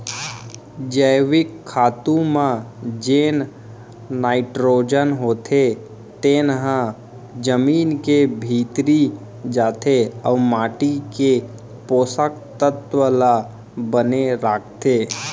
जैविक खातू म जेन नाइटरोजन होथे तेन ह जमीन के भीतरी जाथे अउ माटी के पोसक तत्व ल बने राखथे